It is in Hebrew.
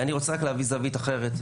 אני רוצה רק להביא זווית אחרת,